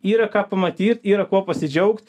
yra ką pamatyt yra kuo pasidžiaugt